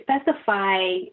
specify